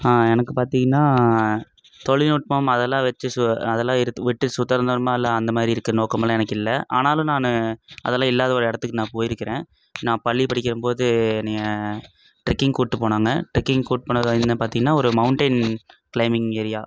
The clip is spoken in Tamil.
எனக்கு பார்த்திங்கன்னா தொழில்நுட்பம் அதெல்லாம் வச்சு சு அதெல்லாம் இருந்து விட்டு சுதந்திரமாக இல்லை அந்தமாதிரி இருக்க நோக்கமெல்லாம் எனக்கு இல்லை ஆனாலும் நான் அதெல்லாம் இல்லாத ஒரு இடத்துக்கு நான் போயிருக்கிறேன் நான் பள்ளி படிக்கிறம் போது என்னையை ட்ரக்கிங் கூப்பிட்டு போனாங்க ட்ரக்கிங் கூப்பிட்டு போனது என்ன பார்த்திங்கன்னா ஒரு மௌண்டைன் கிளைமிங் ஏரியா